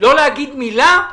לא להגיד מילה?